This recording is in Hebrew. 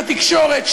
התקשורת,